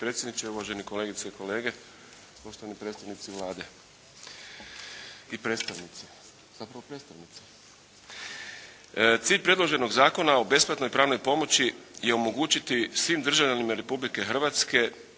predsjedniče, uvažene kolegice i kolege, poštovan i predstavnici Vlade i predstavnice, zapravo predstavnice! Cilj predloženog Zakona o besplatnoj pravnoj pomoći je omogućiti svim državljanima Republike Hrvatske